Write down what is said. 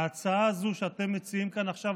ההצעה הזו שאתם מציעים כאן עכשיו,